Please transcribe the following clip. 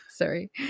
Sorry